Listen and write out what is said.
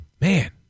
Man